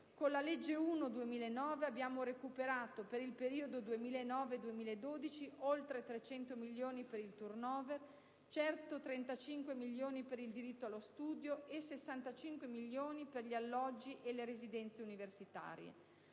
Con la legge n. 1 del 2009 abbiamo recuperato per il periodo 2009-2012 oltre 300 milioni di euro per il *turnover*, 135 milioni per il diritto allo studio e 65 milioni per gli alloggi e le residenze universitarie.